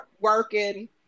working